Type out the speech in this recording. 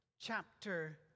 chapter